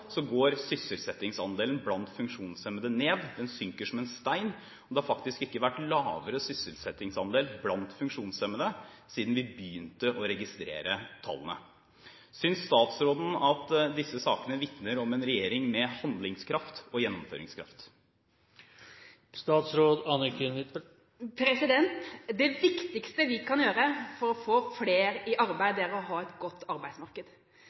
sysselsettingsandelen blant funksjonshemmede ned. Den synker som en stein. Det har faktisk ikke vært lavere sysselsettingsandel blant funksjonshemmede siden vi begynte å registrere tallene. Synes statsråden at disse sakene vitner om en regjering med handlingskraft og gjennomføringskraft? Det viktigste vi kan gjøre for å få flere i arbeid, er å ha et godt arbeidsmarked.